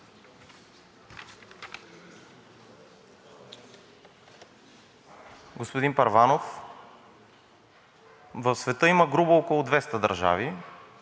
Господин Първанов, в света има грубо около 200 държави,